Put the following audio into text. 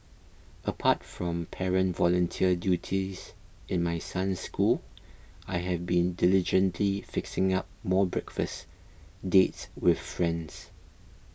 apart from parent volunteer duties in my son's school I have been diligently fixing up more breakfast dates with friends